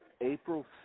April